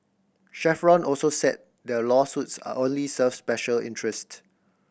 Chevron also said the lawsuits only serve special interests